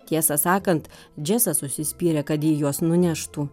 tiesą sakant džesas užsispyrė kad ji juos nuneštų